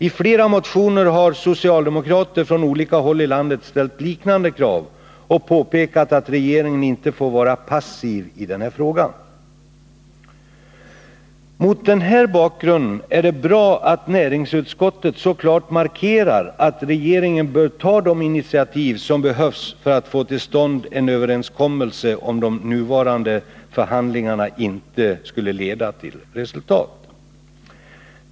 I flera motioner har socialdemokrater från olika håll i landet ställ liknande krav och påpekat att regeringen inte får vara passiv i den här frågan. Mot den bakgrunden är det bra att näringsutskottet så klart markerar att regeringen bör ta det initiativ som behövs för att få till stånd en överenskommelse, om de nuvarande förhandlingarna inte leder till resultat.